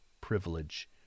privilege